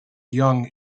young